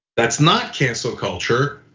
that's not cancel culture.